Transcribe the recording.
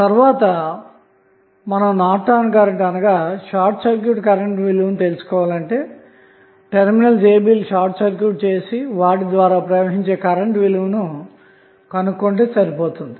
తరువాత మేము Norton current అనగా షార్ట్ సర్క్యూట్ కరెంటు విలువను తెలుసుకోవాలంటే టెర్మినల్స్ a bలను షార్ట్ సర్క్యూట్ చేసి ద్వారా ప్రవహించే కరెంటు విలువను కనుగొంటే సరిపోతుంది